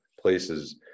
places